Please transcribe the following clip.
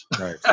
right